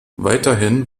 weiterhin